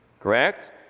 Correct